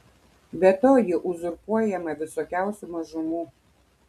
be to ji uzurpuojama visokiausių mažumų